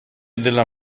della